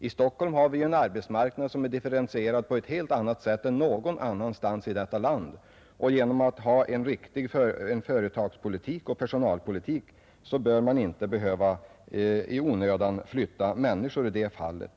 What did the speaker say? I Stockholm har vi en arbetsmarknad som är differentierad på ett helt annat sätt än någon annanstans i detta land, och genom att föra en riktig företagspolitik och personalpolitik torde man i huvudsak slippa att flytta människor som inte vill flytta.